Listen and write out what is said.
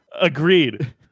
agreed